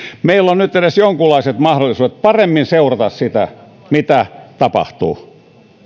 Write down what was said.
meillä on nyt edes jonkunlaiset mahdollisuudet paremmin seurata sitä mitä tapahtuu